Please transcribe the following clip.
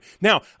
Now